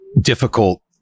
difficult